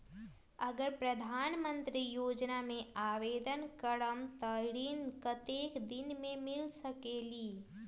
अगर प्रधानमंत्री योजना में आवेदन करम त ऋण कतेक दिन मे मिल सकेली?